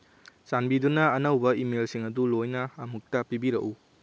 ꯆꯥꯟꯕꯤꯗꯨꯅ ꯑꯅꯧꯕ ꯏꯃꯦꯜꯁꯤꯡ ꯑꯗꯨ ꯂꯣꯏꯅ ꯑꯃꯨꯛꯇ ꯄꯤꯕꯤꯔꯛꯎ